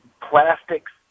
Plastics